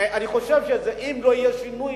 אני חושב שאם לא יהיה שינוי,